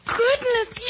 goodness